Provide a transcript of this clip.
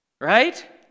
Right